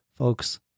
Folks